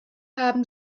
haben